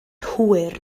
hwyr